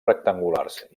rectangulars